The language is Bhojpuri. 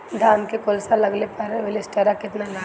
धान के झुलसा लगले पर विलेस्टरा कितना लागी?